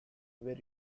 were